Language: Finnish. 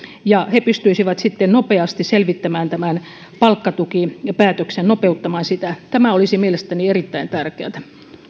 ja he pystyisivät sitten nopeasti selvittämään tämän palkkatukipäätöksen nopeuttamaan sitä tämä olisi mielestäni erittäin tärkeätä